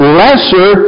lesser